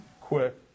quick